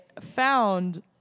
found